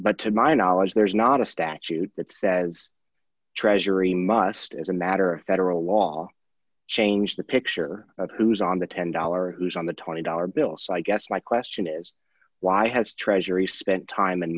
but to my knowledge there's not a statute that says treasury must as a matter of federal law change the picture of who is on the ten dollars who's on the twenty dollars bill so i guess my question is why has treasury spent time and